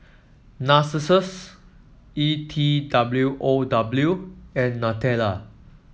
Narcissus E T W O W and Nutella